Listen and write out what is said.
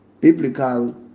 biblical